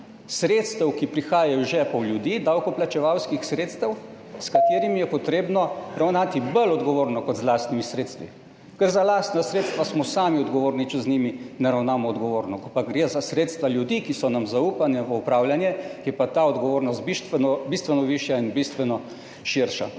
sredstev, ki prihajajo iz žepov ljudi, davkoplačevalskih sredstev, s katerimi je potrebno ravnati bolj odgovorno kot z lastnimi sredstvi. Ker za lastna sredstva smo sami odgovorni, če z njimi ne ravnamo odgovorno, ko pa gre za sredstva ljudi, ki so nam zaupana v upravljanje, je pa ta odgovornost bistveno višja in bistveno širša.